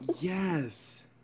yes